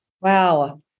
Wow